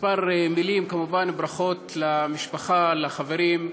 כמה מילים, כמובן, ברכות למשפחה, לחברים,